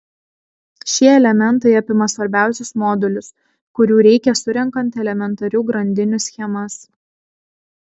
šie elementai apima svarbiausius modulius kurių reikia surenkant elementarių grandinių schemas